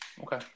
Okay